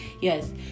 yes